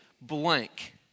blank